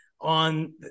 on